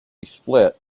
split